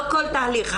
לא כל תהליך,